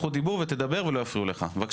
אני יודע שאתה קופץ, אבל לא הפרעתי לך.